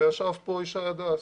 וישב פה ישי הדס